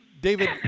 David